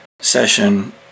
session